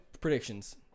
predictions